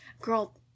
Girl-